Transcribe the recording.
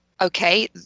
okay